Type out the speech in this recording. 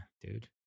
dude